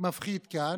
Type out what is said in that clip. מפחיד כאן,